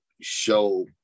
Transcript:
show